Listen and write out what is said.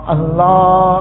Allah